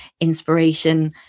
inspiration